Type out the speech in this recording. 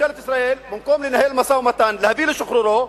ממשלת ישראל, במקום לנהל משא-ומתן, להביא לשחרורו,